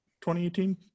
2018